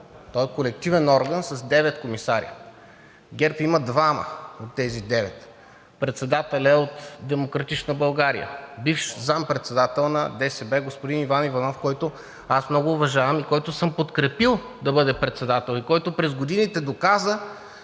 Той е колективен орган с девет комисари. ГЕРБ има двама от тези девет. Председателят е от „Демократична България“, бивш заместник председател на ДСБ – господин Иван Иванов, когото аз много уважавам и съм подкрепил да бъде председател и който през годините доказа,